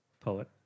Poet